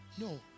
no